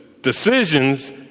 decisions